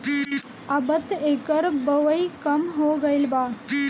अबत एकर बओई कम हो गईल बा